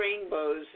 rainbows